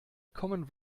common